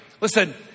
Listen